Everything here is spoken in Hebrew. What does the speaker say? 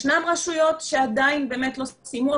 ישנן רשויות שעדיין לא סיימו,